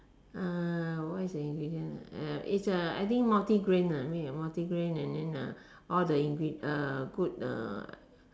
uh what is the ingredient uh it's uh I think multigrain ah I mean multigrain and then uh all the ingredient uh good uh